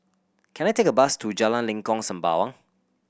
can I take a bus to Jalan Lengkok Sembawang